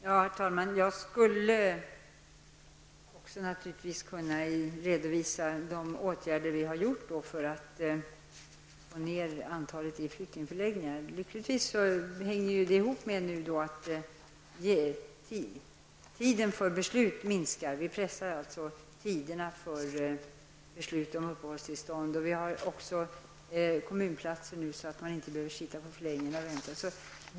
Herr talman! Jag skulle naturligtvis kunna redovisa de åtgärder vi har vidtagit för att få ned antalet personer i flyktingförläggningar. Detta hänger ihop med att tiden för beslut om uppehållstillstånd pressats ned. Det finns också kommunplatser så att flyktingarna inte behöver sitta på förläggningarna och vänta.